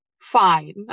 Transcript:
fine